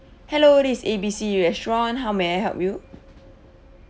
hello this is A B C restaurant how may I help you